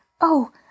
Oh